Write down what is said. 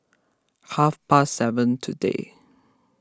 half past seven today